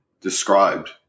described